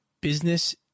business